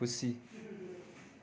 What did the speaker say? खुसी